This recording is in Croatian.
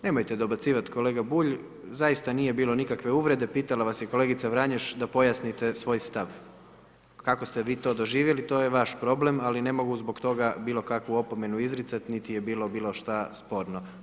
Nemojte dobacivat kolega Bulj, zaista nije bilo nikakve uvrede pitala vas je kolegica Vranješ da pojasnite svoj stav, kako ste vi to doživjeli, to je vaš problem, ali ne mogu zbog toga bilo kakvu opomenu izricat nit je bilo bilo šta sporno.